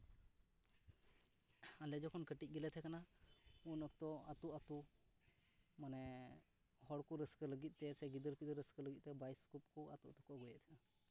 ᱟᱞᱮ ᱡᱚᱠᱷᱚᱱ ᱠᱟᱹᱴᱤᱡ ᱜᱮᱞᱮ ᱛᱟᱦᱮᱸ ᱠᱟᱱᱟ ᱩᱱ ᱚᱠᱛᱚ ᱟᱛᱳ ᱟᱛᱳ ᱢᱟᱱᱮ ᱦᱚᱲ ᱠᱚ ᱨᱟᱹᱥᱠᱟᱹ ᱞᱟᱹᱜᱤᱫ ᱛᱮ ᱥᱮ ᱜᱤᱫᱟᱹᱨ ᱯᱤᱫᱟᱹᱨ ᱨᱟᱹᱥᱠᱟᱹ ᱞᱟᱹᱜᱤᱫ ᱛᱮ ᱵᱟᱭᱳᱥᱠᱳᱯ ᱠᱚ ᱟᱛᱳ ᱟᱛᱳ ᱠᱚ ᱟᱹᱜᱩᱭᱮᱫ ᱛᱟᱦᱮᱱᱟ